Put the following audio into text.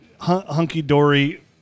hunky-dory